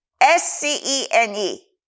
S-C-E-N-E